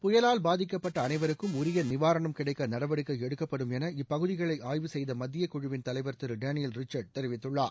புயலால் பாதிக்கப்பட்ட அனைவருக்கும் உரிய நிவாரணம் கிடைக்க நடவடிக்கை எடுக்கப்படும் என இப்பகுதிகளை ஆய்வு செய்த மத்திய குழுவின் தலைவர் திரு டேனியல் ரிச்சர்ட் தெரிவித்துள்ளார்